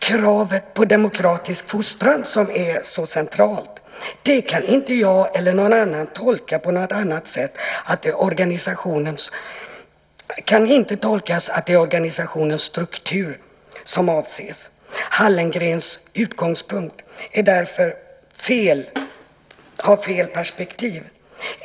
Kravet på demokratisk fostran, som är så centralt, kan inte jag eller någon annan tolka på något annat sätt än att det är organisationens struktur som avses. Hallengrens utgångspunkt har därför fel perspektiv.